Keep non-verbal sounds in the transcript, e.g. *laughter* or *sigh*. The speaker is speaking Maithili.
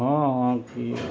हँ हँ *unintelligible*